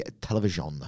television